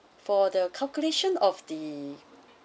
for the calculation of the